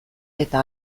eta